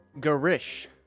Garish